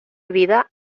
vida